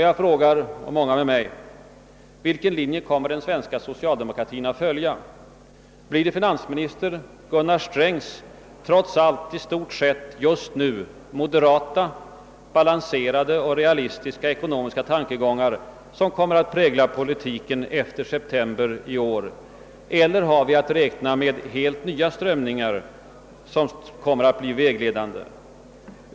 Jag frågar, och många med mig: Vilken linje kommer den svenska socialdemokratin att följa? Blir det finansminister Gunnar Strängs trots allt i stort sett just nu moderata, balanserade och realistiska ekonomiska tankegångar som kommer att prägla politiken efter september i år, eller har vi att räkna med att helt nya strömningar kommer att bli vägledande?